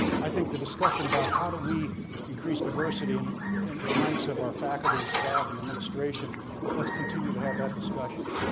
i think the discussion about how do we increase diversity in the and ranks of our faculty and staff and administration let's continue to have that discussion.